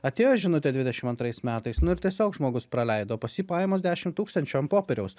atėjo žinutė dvidešimt antrais metais nu ir tiesiog žmogus praleido pas jį pajamos dešimt tūkstančių ant popieriaus